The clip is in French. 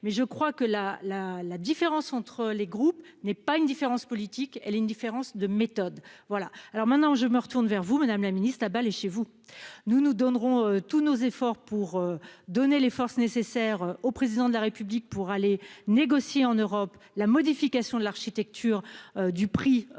mais je crois que la la la différence entre les groupes n'est pas une différence politique, elle a une différence de méthode. Voilà, alors maintenant je me retourne vers vous Madame la Ministre de la balle est chez vous. Nous nous donnerons tous nos efforts pour donner les forces nécessaires au président de la République pour aller négocier en Europe la modification de l'architecture. Du prix de